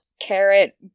Carrot